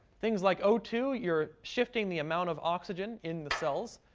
things like o two, you're shifting the amount of oxygen in the cells.